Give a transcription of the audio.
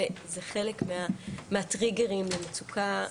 וזה חלק מהטריגרים למצוקה,